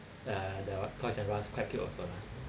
uh their Toys"R"Us quite cute also lah